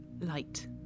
light